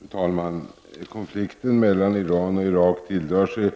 Fru talman! Konflikten mellan Iran och Irak tilldrar sig